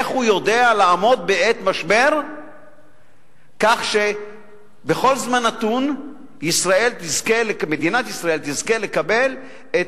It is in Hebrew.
איך הוא יודע לעמוד בעת משבר כך שבכל זמן נתון מדינת ישראל תזכה לקבל את